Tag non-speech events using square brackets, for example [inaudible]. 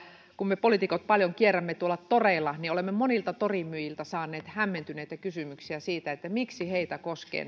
kun me poliitikot paljon kierrämme tuolla toreilla niin olemme monilta torimyyjiltä saaneet hämmentyneitä kysymyksiä siitä miksi heitä koskee [unintelligible]